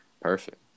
Perfect